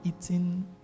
eating